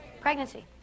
Pregnancy